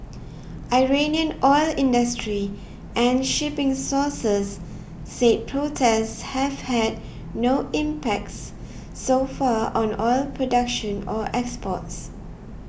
Iranian oil industry and shipping sources said protests have had no impacts so far on oil production or exports